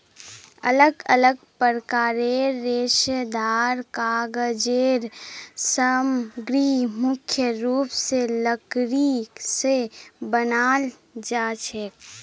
अलग अलग प्रकारेर रेशेदार कागज़ेर सामग्री मुख्य रूप स लकड़ी स बनाल जाछेक